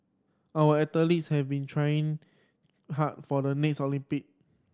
our athletes have been training hard for the next Olympic